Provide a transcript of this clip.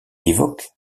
évoque